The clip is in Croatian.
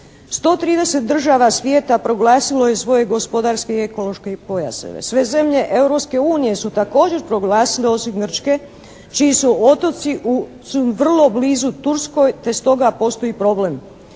130 država svijeta proglasilo je svoje gospodarske i ekološke pojaseve. Sve zemlje Europske unije su također proglasile osim Grčke čiji su otoci vrlo blizu Turskoj te stoga postoji problem.